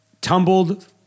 Tumbled